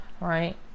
right